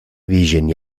vigent